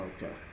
Okay